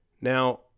Now